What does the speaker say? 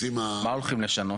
רגע הם עוד מעט יתייחסו.